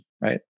right